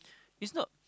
is not